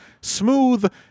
smooth